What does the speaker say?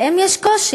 ואם יש קושי,